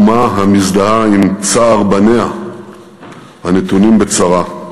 אם האומה המזדהה עם צער בניה הנתונים בצרה.